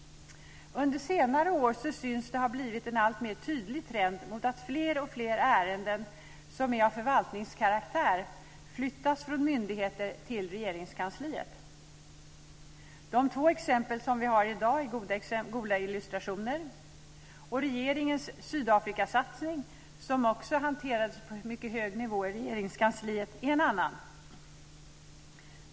Under senare år syns det ha blivit en alltmer tydlig trend mot att fler och fler ärenden som är av förvaltningskaraktär flyttas från myndigheter till Regeringskansliet. De två exempel som vi har i dag är goda illustrationer, och regeringens Sydafrikasatsning, som också hanterades på mycket hög nivå i Regeringskansliet, är en annan.